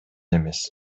эмес